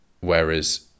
Whereas